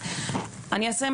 אני אסיים,